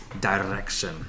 direction